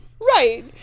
right